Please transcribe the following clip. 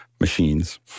machines